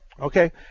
Okay